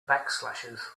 backslashes